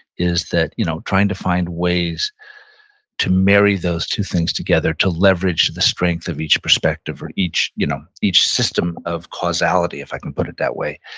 is that you know trying to find ways to marry those two things together, to leverage the strength of each perspective or each you know each system of causality, if i can put it that way.